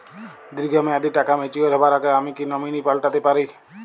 দীর্ঘ মেয়াদি টাকা ম্যাচিউর হবার আগে আমি কি নমিনি পাল্টা তে পারি?